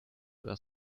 were